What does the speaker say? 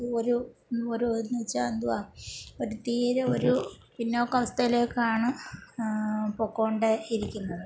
ഇത് ഒരു ഒരു എന്നുവെച്ചാൽ എന്തുവാ ഒരു തീരെ ഒരു പിന്നോക്ക അവസ്ഥയിലേക്കാണ് പോയിക്കോണ്ട് ഇരിക്കുന്നത്